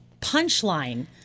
punchline